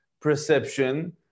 perception